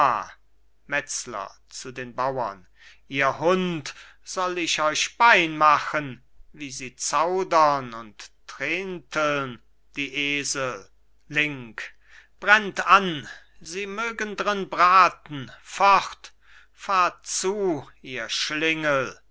bauern ihr hund soll ich euch bein machen wie sie zaudern und trenteln die esel link brennt an sie mögen drin braten fort fahrt zu ihr schlingel